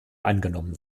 angenommen